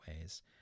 ways